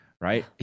right